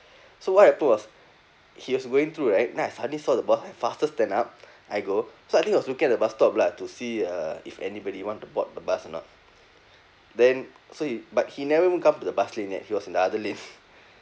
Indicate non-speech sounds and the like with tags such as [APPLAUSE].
so what happen was he was going through right then I suddenly saw the bus I faster stand up [BREATH] I go so I think he was looking at the bus stop lah to see uh if anybody want to board the bus or not then so he but he never even come to the bus lane leh he was in another lane [LAUGHS]